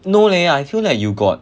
no leh I feel that you got